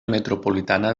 metropolitana